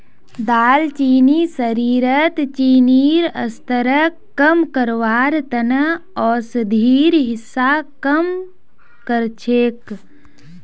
दालचीनी शरीरत चीनीर स्तरक कम करवार त न औषधिर हिस्सा काम कर छेक